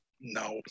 No